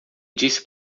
disse